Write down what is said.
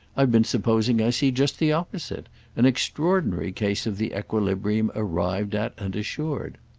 i've been supposing i see just the opposite an extraordinary case of the equilibrium arrived at and assured.